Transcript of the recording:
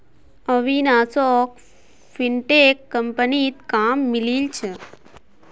अविनाशोक फिनटेक कंपनीत काम मिलील छ